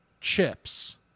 chips